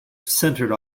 centered